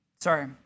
sorry